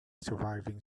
surviving